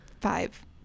Five